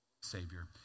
Savior